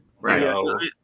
Right